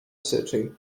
city